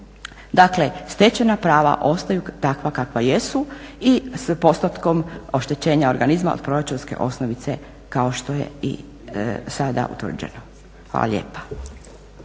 Dakle, stečena prava ostaju takva kakva jesu i s postotkom oštećenja organizma od proračunske osnovice kao što je i sada utvrđeno. Hvala lijepa.